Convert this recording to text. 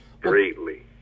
greatly